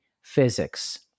physics